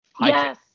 Yes